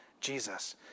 Jesus